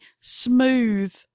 smooth